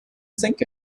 sink